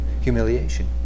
Humiliation